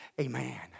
Amen